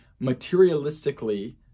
materialistically